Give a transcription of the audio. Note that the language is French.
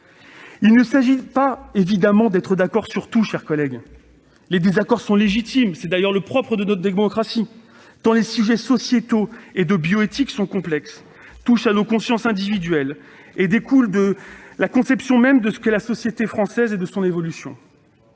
Il ne s'agit évidemment pas d'être d'accord sur tout, mes chers collègues. Les désaccords sont légitimes, c'est le propre de notre démocratie, sur ces sujets sociétaux et de bioéthique, éminemment complexes, qui touchent à nos consciences individuelles et engagent notre conception même de la société française et de son évolution.